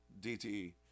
DTE